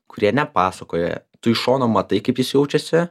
kurie nepasakoja tu iš šono matai kaip jis jaučiasi